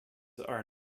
are